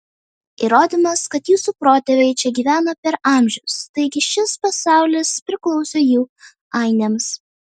įrodymas kad jūsų protėviai čia gyveno per amžius taigi šis pasaulis priklauso jų ainiams